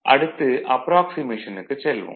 அடுத்து அப்ராக்சிமேஷனுக்குச் செல்வோம்